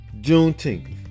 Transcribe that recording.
Juneteenth